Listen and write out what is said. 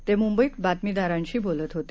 ते मुंबईत बातमीदारांशी बोलत होते